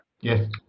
Yes